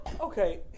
okay